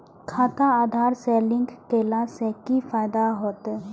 खाता आधार से लिंक केला से कि फायदा होयत?